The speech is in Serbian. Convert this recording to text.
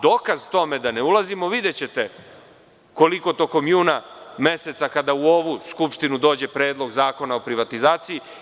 Dokaz tome da ne ulazimo videćete već tokom juna meseca, kada u ovu Skupštinu dođe Predlog zakona o privatizaciji.